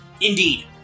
Indeed